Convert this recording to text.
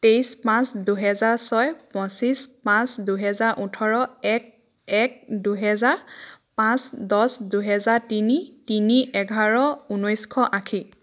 তেইছ পাঁচ দুহেজাৰ ছয় পঁচিছ পাঁচ দুহেজাৰ ওঁঠৰ এক এক দুহেজাৰ পাঁচ দহ দুহেজাৰ তিনি তিনি এঘাৰ ঊনৈছশ আশী